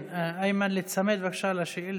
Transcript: איימן, להיצמד בבקשה לשאילתה.